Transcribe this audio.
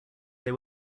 they